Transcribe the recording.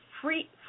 free